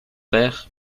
père